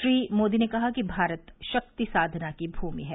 श्री मोदी ने कहा कि भारत शक्ति साधना की भूमि है